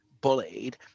bullied